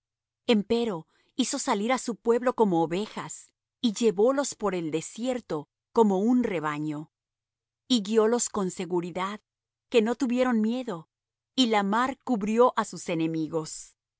chm empero hizo salir á su pueblo como ovejas y llevólos por el desierto como un rebaño y guiólos con seguridad que no tuvieron miedo y la mar cubrió á sus enemigos